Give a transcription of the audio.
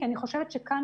בגלל שאני חושבת שכאן,